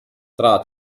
tra